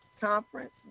Conference